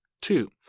two